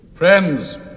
Friends